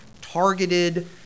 targeted